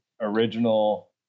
original